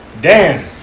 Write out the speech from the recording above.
Dan